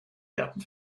gärten